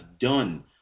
done